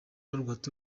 nkoranyambaga